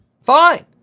fine